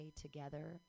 together